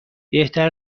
بهتر